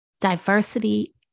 diversity